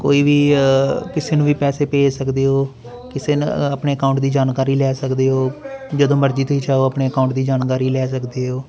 ਕੋਈ ਵੀ ਕਿਸੇ ਨੂੰ ਵੀ ਪੈਸੇ ਭੇਜ ਸਕਦੇ ਹੋ ਕਿਸੇ ਨ ਆਪਣੇ ਅਕਾਊਂਟ ਦੀ ਜਾਣਕਾਰੀ ਲੈ ਸਕਦੇ ਹੋ ਜਦੋਂ ਮਰਜ਼ੀ ਤੁਸੀਂ ਚਾਹੋ ਆਪਣੇ ਅਕਾਊਂਟ ਦੀ ਜਾਣਕਾਰੀ ਲੈ ਸਕਦੇ ਹੋ